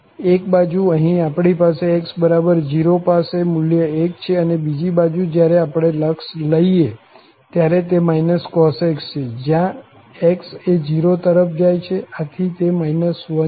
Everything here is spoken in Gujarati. એક બાજુ અહીં આપણી પાસે x0 પાસે મુલ્ય 1 છે અને બીજી બાજુ જયારે આપણે લક્ષ લઈએ ત્યારે તે cos x છે જ્યાં x એ 0 તરફ જાય છે આથી તે 1 છે